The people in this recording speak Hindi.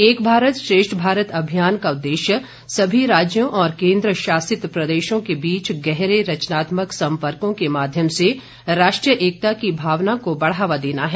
एक भारत श्रेष्ठ भारत अभियान का उद्देश्य सभी राज्यों और केन्द्रशासित प्रदेशों के बीच गहरे रचनात्मक संपर्कों के माध्यम से राष्ट्रीय एकता की भावना को बढ़ावा देना है